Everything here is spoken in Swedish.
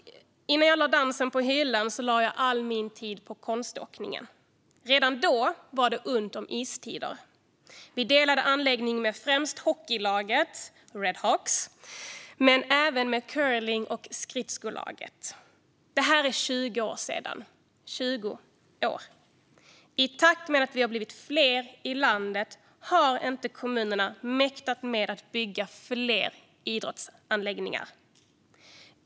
Innan dansen lade jag all min tid på konståkningen. Redan då var det ont om istider. Vi delade anläggning främst med hockeylaget Red Hawks men även med curling och skridskolaget. Det här är 20 år sedan - 20 år. Vi har blivit fler i landet, men kommunerna har inte mäktat med att bygga fler idrottsanläggningar.